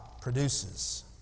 produces